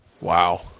Wow